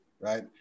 Right